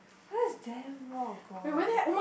why is damn long ago eh